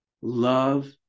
Love